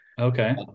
Okay